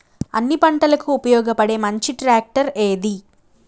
అన్ని పంటలకు ఉపయోగపడే మంచి ట్రాక్టర్ ఏది?